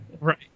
Right